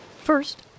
First